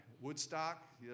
Woodstock